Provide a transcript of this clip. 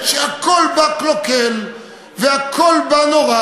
אם אתם עומדים פה על הבמה ומציירים את הכול שחור ולבן,